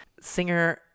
singer